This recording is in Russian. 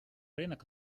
рынок